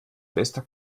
bester